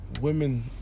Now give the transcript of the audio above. Women